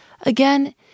Again